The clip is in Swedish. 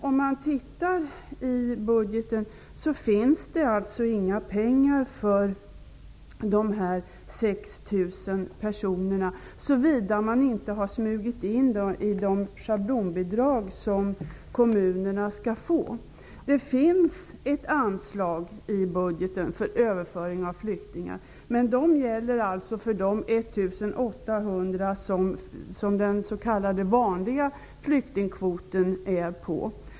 Om man tittar i budgeten ser man att det inte finns några pengar för de här 6 000 personerna, såvida de inte har smugits in i det schablonbidrag som kommunerna skall få. Det finns ett anslag i budgeten för överföring av flyktingar, men det gäller de 1 800 som den s.k.